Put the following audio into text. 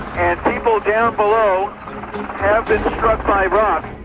and people down below have been struck by rocks.